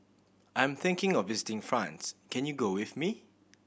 I'm thinking of visiting France can you go with me